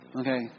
okay